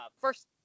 first